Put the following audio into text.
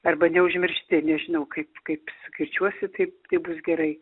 arba neužmiršti nežinau kaip kaip kirčiuosi taip taip bus gerai